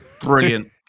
Brilliant